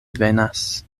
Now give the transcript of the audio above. venas